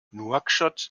nouakchott